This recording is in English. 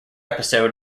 episode